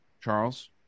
Charles